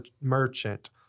merchant